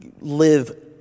live